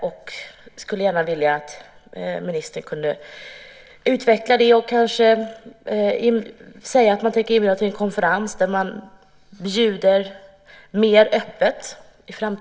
Jag skulle gärna vilja att ministern kunde utveckla det och säga att man i framtiden tänker bjuda in till en konferens mer öppet.